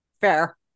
Fair